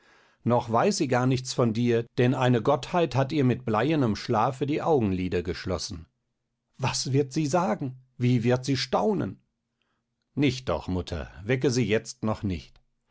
noch weiß sie gar nichts von dir denn eine gottheit hat ihr mit bleiernem schlafe die augenlider geschlossen was wird sie sagen wie wird sie staunen nicht doch mutter wecke sie jetzt noch nicht